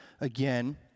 again